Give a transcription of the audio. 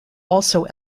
also